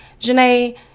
Janae